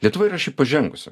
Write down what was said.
lietuva yra šiaip pažengusi